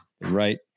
right